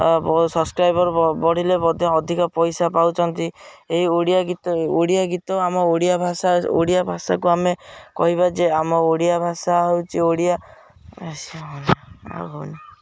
ଆ ସସକ୍ରାଇବର ବଢ଼ିଲେ ମଧ୍ୟ ଅଧିକ ପଇସା ପାଉଛନ୍ତି ଏ ଓଡ଼ିଆ ଗୀତ ଓଡ଼ିଆ ଗୀତ ଆମ ଓଡ଼ିଆ ଭାଷା ଓଡ଼ିଆ ଭାଷାକୁ ଆମେ କହିବା ଯେ ଆମ ଓଡ଼ିଆ ଭାଷା ହେଉଛି ଓଡ଼ିଆ ବେଶୀ ହଉ ଆଉ ଆଉ ହଉନି